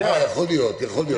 יכול להיות.